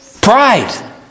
Pride